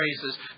praises